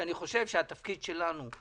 שאני חושב שהתפקיד שלנו הוא